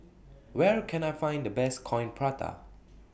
Where Can I Find The Best Coin Prata